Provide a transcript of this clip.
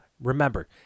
remember